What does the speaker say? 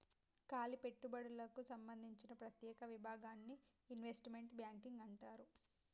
కాలి పెట్టుబడులకు సంబందించిన ప్రత్యేక విభాగాన్ని ఇన్వెస్ట్మెంట్ బ్యాంకింగ్ అంటారు